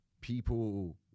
people